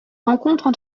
rencontres